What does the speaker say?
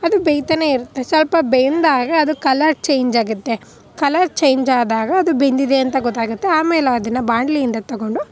ಅದು ಬೇಯ್ತಲೇ ಇರುತ್ತೆ ಸ್ವಲ್ಪ ಬೆಂದಾಗ ಅದು ಕಲರ್ ಚೇಂಜಾಗುತ್ತೆ ಕಲರ್ ಚೇಂಜಾದಾಗ ಅದು ಬೆಂದಿದೆ ಅಂತ ಗೊತ್ತಾಗುತ್ತೆ ಆಮೇಲೆ ಅದನ್ನು ಬಾಣಲೆಯಿಂದ ತಗೊಂಡು